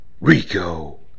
Rico